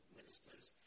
ministers